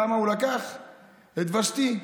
למה הוא לקח את ושתי,